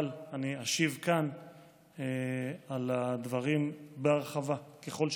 אבל אני אשיב כאן על הדברים בהרחבה ככל שתרצו.